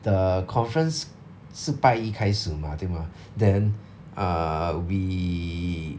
the conference 是拜一开始 mah 对 mah then err we